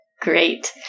Great